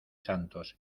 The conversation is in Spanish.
santos